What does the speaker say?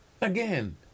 again